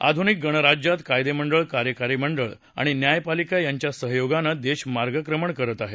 आधुनिक गणराज्यात कायदेमंडळ कार्यकारी मंडळ आणि न्यायपालिका यांच्या सहयोगानं देश मार्गक्रमण करत आहे